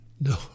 No